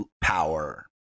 power